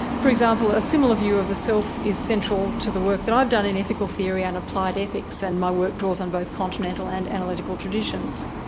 for example, a similar view of the self is central to the work that i've done in ethical theory and applied ethics, and my work draws on both continental and analytical traditions.